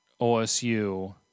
OSU